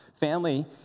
Family